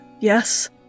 Yes